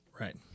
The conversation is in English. Right